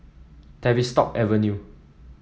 Tavistock Avenue